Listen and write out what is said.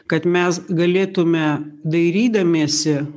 kad mes galėtume dairydamiesi